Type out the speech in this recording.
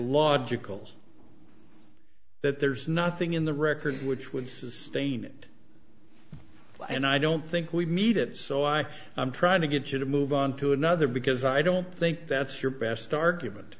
logical that there's nothing in the record which would sustain it well and i don't think we need it so i i'm trying to get you to move on to another because i don't think that's your best argument